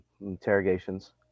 interrogations